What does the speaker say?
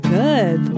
good